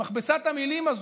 במכבסה את המילים הזאת,